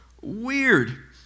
weird